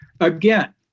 Again